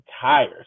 tires